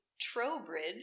Trowbridge